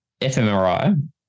fMRI